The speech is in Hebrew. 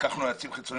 זה תקוע.